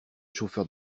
chauffeur